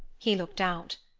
he looked out.